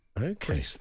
Okay